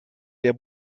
der